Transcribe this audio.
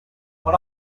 one